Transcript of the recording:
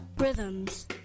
Rhythms